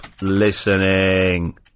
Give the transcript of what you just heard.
listening